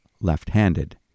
left-handed